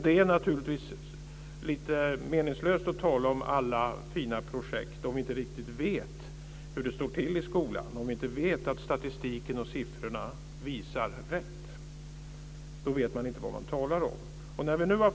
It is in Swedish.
Det är naturligtvis lite meningslöst att tala om alla fina projekt om vi inte riktigt vet hur det står till i skolan och inte vet att statistiken och siffrorna visar rätt. Då vet man inte vad man talar om.